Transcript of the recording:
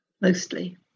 mostly